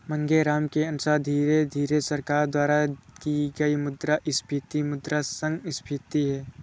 मांगेराम के अनुसार धीरे धीरे सरकार द्वारा की गई मुद्रास्फीति मुद्रा संस्फीति है